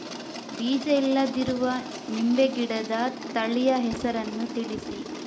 ಬೀಜ ಇಲ್ಲದಿರುವ ನಿಂಬೆ ಗಿಡದ ತಳಿಯ ಹೆಸರನ್ನು ತಿಳಿಸಿ?